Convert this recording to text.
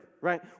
right